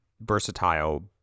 versatile